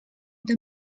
der